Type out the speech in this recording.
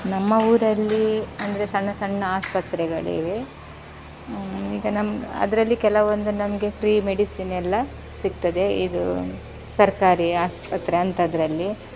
ನಮ್ಮ ಊರಲ್ಲೀ ಅಂದರೆ ಸಣ್ಣ ಸಣ್ಣ ಆಸ್ಪತ್ರೆಗಳಿವೆ ಈಗ ನಮ್ಮ ಅದರಲ್ಲಿ ಕೆಲವೊಂದು ನಮಗೆ ಫ್ರೀ ಮೆಡಿಸಿನ್ ಎಲ್ಲಾ ಸಿಗ್ತದೆ ಇದೂ ಸರ್ಕಾರಿ ಆಸ್ಪತ್ರೆ ಅಂಥದ್ರಲ್ಲಿ